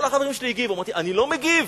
כל החברים שלי הגיבו, אבל אמרתי שאני לא מגיב.